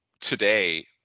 today